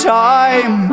time